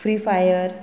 free fire